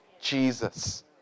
Jesus